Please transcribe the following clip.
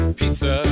pizza